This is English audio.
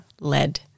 led